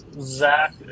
Zach